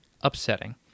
upsetting